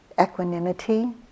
equanimity